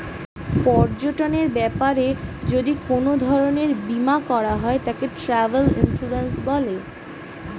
পর্যটনের ব্যাপারে যদি কোন ধরণের বীমা করা হয় তাকে ট্র্যাভেল ইন্সুরেন্স বলে